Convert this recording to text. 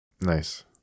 Nice